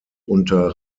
unter